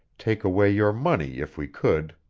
take away your money if we could,